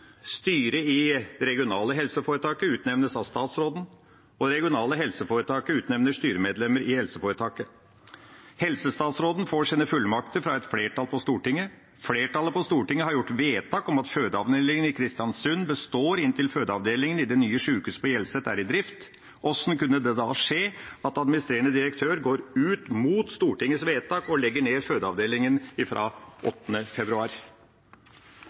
Styret i det regionale helseforetaket utnevnes av statsråden, og det regionale helseforetaket utnevner styremedlemmer i helseforetaket. Helsestatsråden får sine fullmakter fra et flertall på Stortinget. Flertallet på Stortinget har gjort vedtak om at fødeavdelingen i Kristiansund består inntil fødeavdelingen i det nye sjukehuset på Hjelset er i drift. Hvordan kunne det da skje at administrerende direktør går ut mot Stortingets vedtak og legger ned fødeavdelingen fra 8. februar?